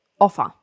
offer